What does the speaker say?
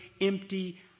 empty